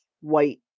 white